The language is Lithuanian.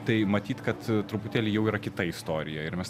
tai matyt kad truputėlį jau yra kita istorija ir mes